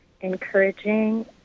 encouraging